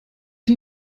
die